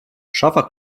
szafach